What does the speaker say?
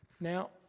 Now